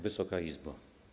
Wysoka Izbo!